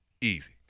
Easy